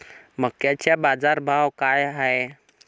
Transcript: मक्याचा बाजारभाव काय हाय?